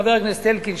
חבר הכנסת אלקין,